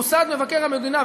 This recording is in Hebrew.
מוסד מבקר המדינה,